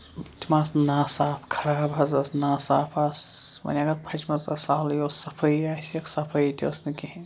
تِم آسہٕ ناصاف خراب حظ ٲسۍ ناصاف آسہٕ وۄنۍ اَگر پھچمَژٕ آسہٕ سہلٕے اوس صفٲیی آسہِ ہٮ۪کھ صفٲیی تہِ ٲسۍ نہٕ کِہینۍ